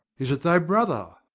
is it thy brother?